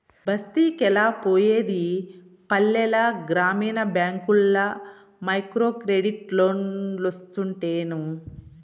బస్తికెలా పోయేది పల్లెల గ్రామీణ బ్యాంకుల్ల మైక్రోక్రెడిట్ లోన్లోస్తుంటేను